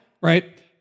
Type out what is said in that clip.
Right